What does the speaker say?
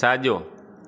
साॼो